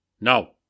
No